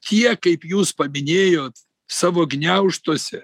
tie kaip jūs paminėjot savo gniaužtuose